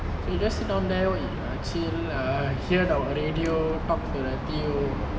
so he just sit down there only chill err hear the radio talk to the T_O